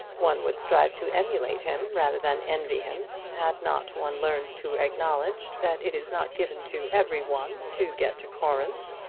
one would strive to emulate him rather than envy him, had not one learned to acknowledge that it is not given to every one to get to corinth.